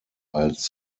als